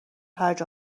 هرج